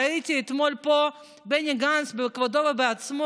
ראיתי אתמול פה את בני גנץ בכבודו ובעצמו,